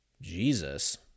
Jesus